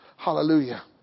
Hallelujah